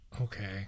Okay